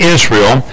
Israel